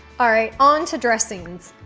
alright, onto dressings.